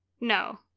No